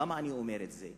למה אני אומר את זה?